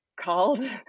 called